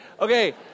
Okay